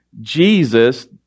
Jesus